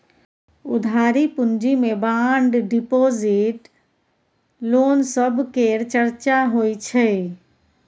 उधारी पूँजी मे बांड डिपॉजिट, लोन सब केर चर्चा होइ छै